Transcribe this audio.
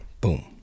Boom